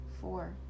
four